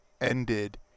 ended